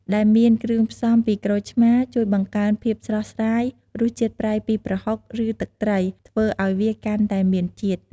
ដែលមានគ្រឿងផ្សំ ពីក្រូចឆ្មារ ជួយបង្កើនភាពស្រស់ស្រាយ រសជាតិប្រៃពីប្រហុក ឬទឹកត្រី ធ្វើឱ្យវាកាន់តែមានជាតិ។